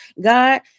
God